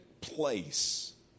place